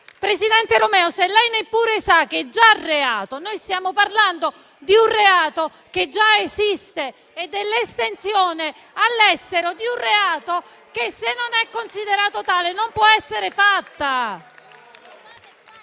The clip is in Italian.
Presidente Romeo, lei neppure sa che è già reato. Stiamo parlando di un reato che già esiste e dell'estensione all'estero di un reato che, se non è considerato tale, non può essere fatta.